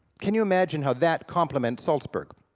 can you imagine how that complements salzburg.